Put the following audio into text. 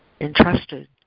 entrusted